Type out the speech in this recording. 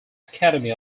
academy